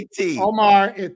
Omar